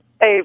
Hey